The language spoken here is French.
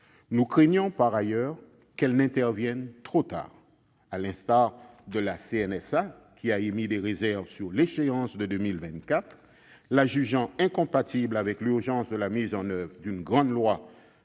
Nous craignons par ailleurs que ce financement n'intervienne trop tard, à l'instar de la CNSA, qui a émis des réserves sur l'échéance de 2024, la jugeant « incompatible avec l'urgence de la mise en oeuvre d'une grande loi